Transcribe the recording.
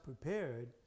prepared